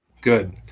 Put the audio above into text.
Good